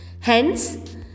Hence